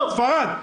ספרד,